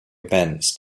events